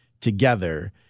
together